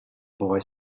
boy